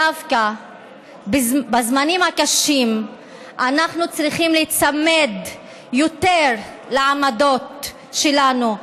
דווקא בזמנים הקשים אנחנו צריכים להיצמד יותר לעמדות שלנו,